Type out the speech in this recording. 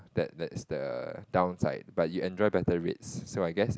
that that's the downside but you enjoy better rates so I guess it's